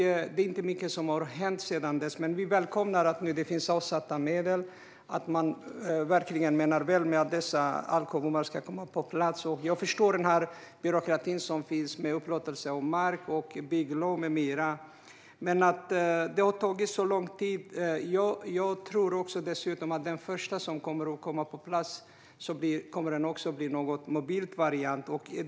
Inte mycket har hänt sedan dess, men vi välkomnar att det nu finns avsatta medel och att man verkligen menar allvar med att dessa alkobommar ska komma på plats. Jag förstår byråkratin som det innebär med upplåtelse av mark och bygglov med mera, men att det har tagit så lång tid förstår jag inte. Jag tror dessutom att den första bommen som kommer att komma på plats kommer att bli någon sorts mobil variant.